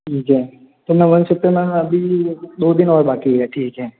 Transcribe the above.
ठीक है तो मैं वन सेप्टेम्बर में अभी दो दिन और बाकी है ठीक है